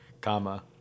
Comma